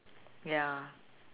ya